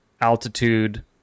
altitude